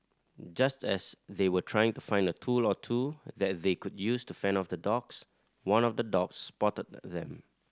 just as they were trying to find a tool or two that they could use to fend off the dogs one of the dogs spotted them